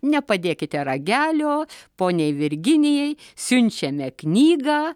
nepadėkite ragelio poniai virginijai siunčiame knygą